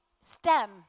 stem